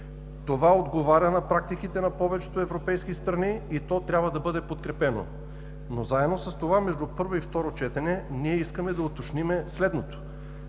Това отговаря на практиките на повечето европейски страни и то трябва да бъде подкрепено. Заедно с това между първо и второ четене искаме да уточним следното.